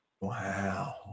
Wow